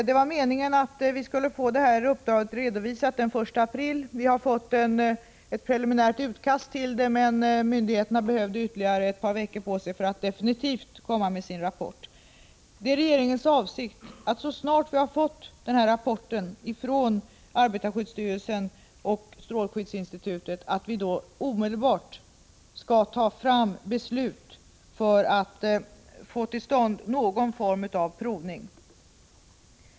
Det var meningen att detta uppdrag skulle redovisas den 1 april. Vi har fått ett preliminärt utkast, men myndigheterna behövde ytterligare ett par veckor för att färdigställa den definitiva rapporten. Det är regeringens avsikt att, så snart vi fått denna rapport från arbetarskyddsstyrelsen och strålskyddsinstitutet, omedelbart fatta beslut för att få till stånd någon form av provning.